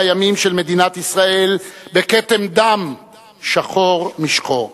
הימים של מדינת ישראל בכתם דם שחור משחור.